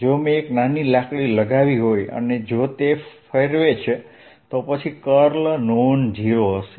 જો મેં એક નાની લાકડી લગાવી હોય અને જો તે ફેરવે છે તો પછી કર્લ નોન ઝીરો હશે